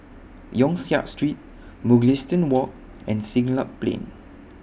Yong Siak Street Mugliston Walk and Siglap Plain